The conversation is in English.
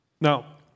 Now